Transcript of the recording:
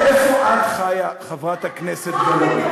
אני שואל אותך: איפה את חיה, חברת הכנסת גלאון?